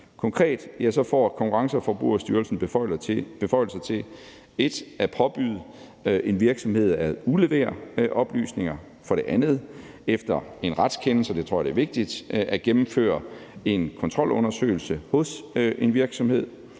Konkret får Konkurrence- og Forbrugerstyrelsen beføjelser til for det første at påbyde en virksomhed at udlevere oplysninger, for det andet efter en retskendelse – det tror jeg er vigtigt – at gennemføre en kontrolundersøgelse hos en virksomhed,